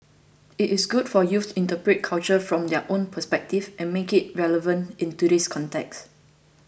it is good for youth to interpret culture from their own perspective and make it relevant in today's context